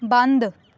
ਬੰਦ